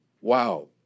Wow